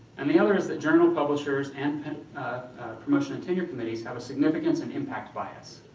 and the other is that journal publishers and promotion and tenure committees have a significance and impact bias.